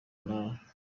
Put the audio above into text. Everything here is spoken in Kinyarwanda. nawe